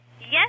Yes